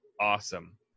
awesome